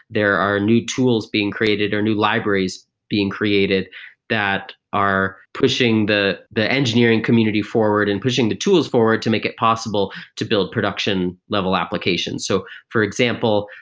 there are new tools being created or new libraries being created that are pushing the the engineering community forward and pushing the tools forward to make it possible to build production level application. so for example,